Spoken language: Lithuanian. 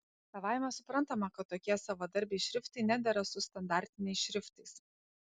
savaime suprantama kad tokie savadarbiai šriftai nedera su standartiniais šriftais